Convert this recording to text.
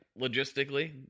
logistically